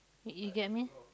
you you get I mean